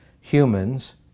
humans